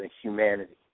humanity